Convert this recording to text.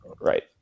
Right